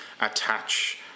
attach